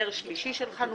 נר שלישי של חנוכה.